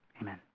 Amen